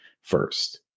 first